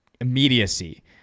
immediacy